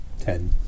ten